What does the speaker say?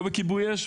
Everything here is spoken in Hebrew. לא בכיבוי אש,